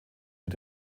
mit